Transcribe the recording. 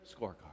scorecard